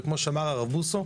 וכמו שאמר הרב בוסו,